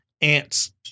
ants